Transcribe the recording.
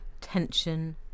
tension